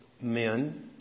men